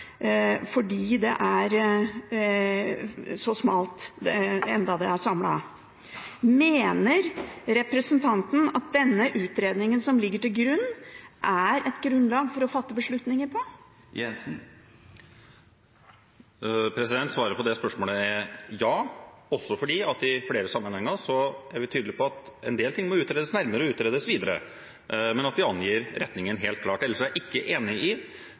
fordi det er så smalt, enda det er samlet. Mener representanten at den utredningen som ligger til grunn, er et grunnlag å fatte beslutninger på? Svaret på det spørsmålet er ja, også fordi vi i flere sammenhenger er tydelige på at en del ting må utredes nærmere og utredes videre. Men at vi angir retningen, er helt klart. Ellers er jeg ikke enig i